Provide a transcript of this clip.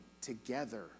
together